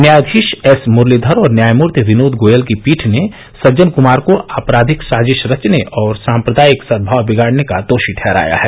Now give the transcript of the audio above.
न्यायाधीश एस मुरलीधर और न्यायमूर्ति विनोद गोयल की पीठ ने सज्जन कुमार को आपराधिक साजिश रचने और सांप्रदायिक सद्भाव बिगाड़ने का दोषी ठहराया है